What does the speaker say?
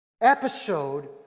episode